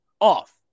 off